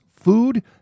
food